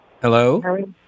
Hello